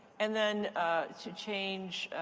and then to change